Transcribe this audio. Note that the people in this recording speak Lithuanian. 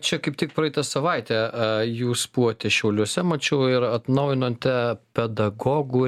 čia kaip tik praeitą savaitę jūs buvote šiauliuose mačiau ir atnaujinote pedagogų